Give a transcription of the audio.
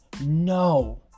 no